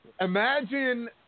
imagine